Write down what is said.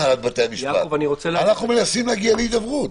אנחנו מנסים להגיע להידברות.